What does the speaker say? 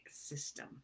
system